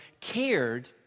cared